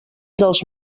dels